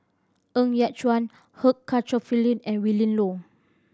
Ng Yat Chuan and Willin Low